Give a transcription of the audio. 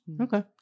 Okay